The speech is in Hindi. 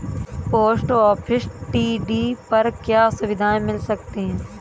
पोस्ट ऑफिस टी.डी पर क्या सुविधाएँ मिल सकती है?